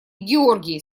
георгий